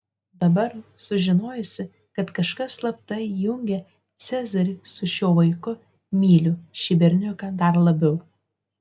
dabar sužinojusi kad kažkas slapta jungia cezarį su šiuo vaiku myliu šį berniuką dar labiau